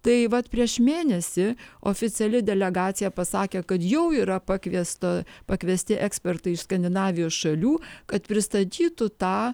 tai vat prieš mėnesį oficiali delegacija pasakė kad jau yra pakviesta pakviesti ekspertai iš skandinavijos šalių kad pristatytų tą